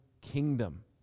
kingdom